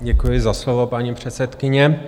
Děkuji za slovo, paní předsedkyně.